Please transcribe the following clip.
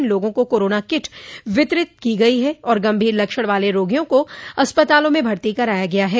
इन लोगों को corona kit वितरित वितरित की गई है और गंभीर लक्षण वाले रोगियों को अस्पतालों में भर्ती कराया गया है